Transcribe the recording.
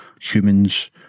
humans